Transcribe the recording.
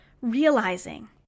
Realizing